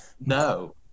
No